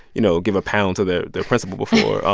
you know, give a pound to their their principal before.